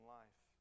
life